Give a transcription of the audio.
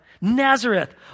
Nazareth